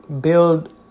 build